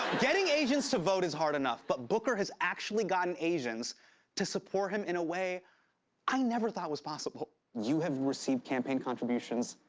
getting asians to vote is hard enough, but booker has actually gotten asians to support him in a way i never thought was possible. you have received campaign contributions,